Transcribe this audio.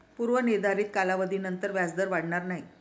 पूर्व निर्धारित कालावधीनंतर व्याजदर वाढणार नाही